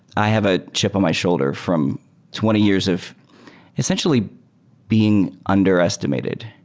i have a chip on my shoulder from twenty years of essentially being underestimated.